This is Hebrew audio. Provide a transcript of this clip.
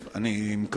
אני שמח